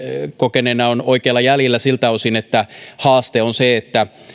kokeneena on oikeilla jäljillä siltä osin että haaste on se että